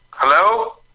Hello